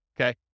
okay